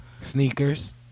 Sneakers